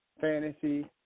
Fantasy